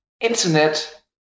internet